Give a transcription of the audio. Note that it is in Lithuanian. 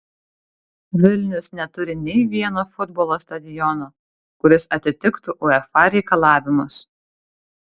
vilnius neturi nei vieno futbolo stadiono kuris atitiktų uefa reikalavimus